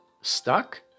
Stuck